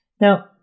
Now